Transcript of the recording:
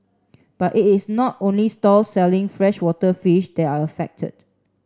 but it is not only stall selling freshwater fish that are affected